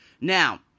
Now